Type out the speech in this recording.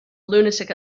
lunatic